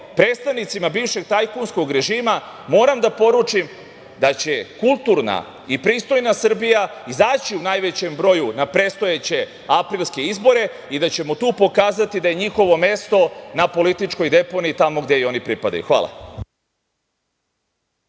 predstavnicima bivšeg tajkunskog režima moram da poručim da će kulturna i pristojna Srbija izaći u najvećem broju na predstojeće aprilske izbore i da ćemo tu pokazati da je njihovo mesto na političkoj deponiji, tamo gde i pripadaju. Hvala.